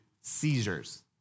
seizures